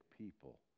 people